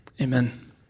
amen